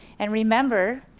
and remember,